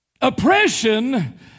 Oppression